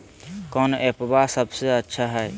कौन एप्पबा सबसे अच्छा हय?